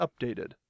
updated